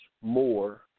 more